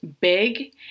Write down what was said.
big